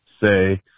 say